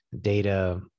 data